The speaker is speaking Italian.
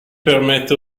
permette